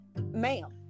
Ma'am